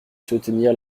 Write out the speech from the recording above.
soutenir